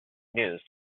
news